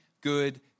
good